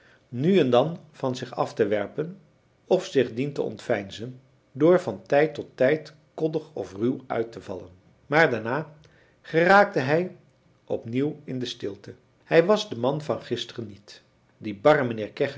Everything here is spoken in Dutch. nu en dan van zich af te werpen of zich dien te ontveinzen door van tijd tot tijd koddig of ruw uit te vallen maar daarna geraakte hij op nieuw in de stilte hij was de man van gisteren niet die barre mijnheer kegge